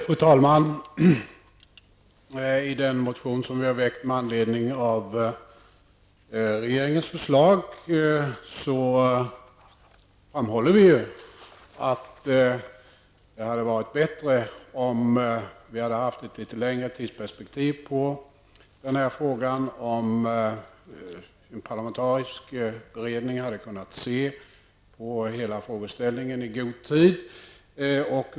Fru talman! I den motion som vi har väckt med anledning av regeringens förslag säger vi att det hade varit bättre om vi hade haft längre tid på oss för denna fråga, så att en parlamentarisk beredning hade kunnat se över hela frågeställningen i god tid.